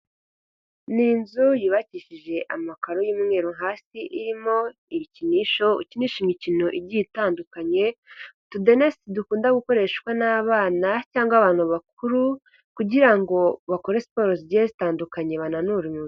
Ni inzu yubakishije amakaro y'umweru hasi irimo ibikinisho ukinisha imikino igiye itandukanye, utudeneste dukunda gukoreshwa n'abana cyangwa abantu bakuru, kugira ngo bakore siporo zigiye zitandukanye bananure umubiri.